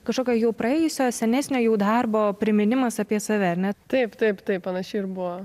kažkokio jau praėjusio senesnio jau darbo priminimas apie save ar ne taip taip taip panašiai ir buvo